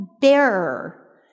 bearer